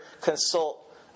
consult